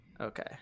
okay